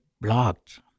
blocked